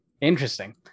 Interesting